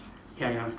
ya ya